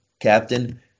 captain